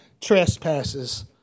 trespasses